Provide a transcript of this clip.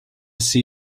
see